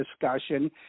discussion